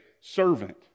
servant